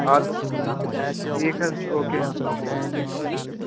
اَدٕ حظ ٹھیٖک حظ چھُ او کے اَسلامُ علیکُم